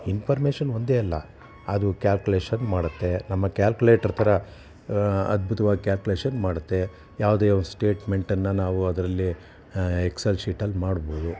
information ಒಂದೇ ಅಲ್ಲ ಅದು ಕ್ಯಾಲ್ಕುಲೇಷನ್ ಮಾಡುತ್ತೆ ನಮ್ಮ ಕ್ಯಾಲ್ಕುಲೇಟರ್ ಥರ ಅದ್ಭುತವಾಗಿ ಕ್ಯಾಲ್ಕ್ಲೇಷನ್ ಮಾಡುತ್ತೆ ಯಾವುದೇ ಒಂದು ಸ್ಟೇಟಮೆಂಟನ್ನು ನಾವು ಅದರಲ್ಲಿ ಎಕ್ಸ್ ಎಲ್ ಶೀಟಲ್ಲಿ ಮಾಡ್ಬೋದು